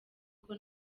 uko